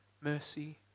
mercy